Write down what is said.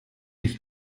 ich